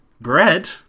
bread